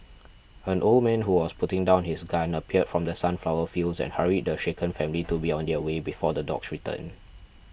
an old man who was putting down his gun appeared from the sunflower fields and hurried the shaken family to be on their way before the dogs return